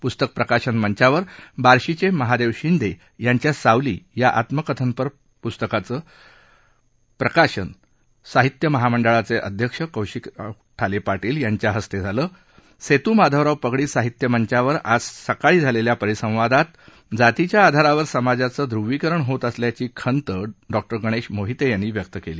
प्रस्तक प्रकाशन मंचावर बार्शीचे महादेव शिंदे यांच्या सावली या आत्मकथनाचं प्रकाशन साहित्य महामंडळाचे अध्यक्ष कौतिकराव ठाले पाटील यांच्या हस्ते झालं सेतुमाधवराव पगडी साहित्य मंचावर आज सकाळी झालेल्या परिसंवादात जातीच्या आधारावर समाजाचं ध्रवीकरण होत असल्याची खंत डॉक्टर गणेश मोहिते यांनी व्यक्त केली